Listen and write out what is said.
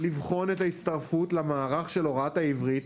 לבחון את ההצטרפות למערך של הוראת העברית,